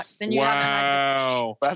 Wow